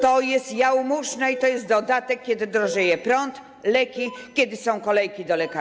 To jest jałmużna i to jest dodatek - kiedy drożeje prąd, leki, kiedy są kolejki do lekarzy.